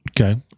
Okay